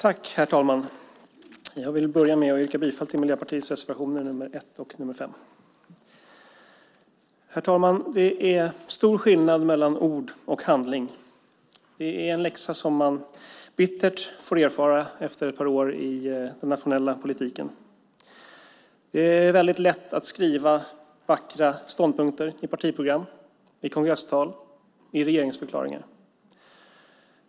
Herr talman! Jag vill börja med att yrka bifall till Miljöpartiets reservationer nr 1 och nr 5. Herr talman! Det är stor skillnad mellan ord och handling. Det är en läxa som man bittert får erfara efter ett par år i den nationella politiken. Det är väldigt lätt att skriva vackra ståndpunkter i partiprogram, kongresstal och regeringsförklaringar.